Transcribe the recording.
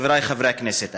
חברי חברי הכנסת,